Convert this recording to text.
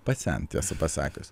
pasent tiesą pasakius